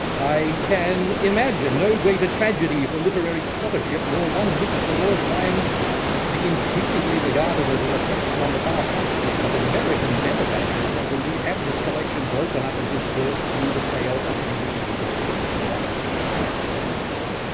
i can imagine no greater tragedy for literary scholarship, nor one which for all time be increasingly regarded as a reflection on the farsightedness of american benefactors, than to like have this collection broken up and disbursed through the sale of the individual pieces at auction. he's very correct about that.